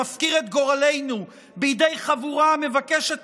שמפקיר את גורלנו בידי חבורה המבקשת